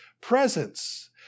presence